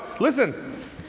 Listen